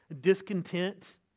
discontent